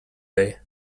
they